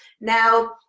now